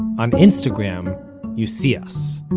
on instagram you see us.